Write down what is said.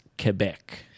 Quebec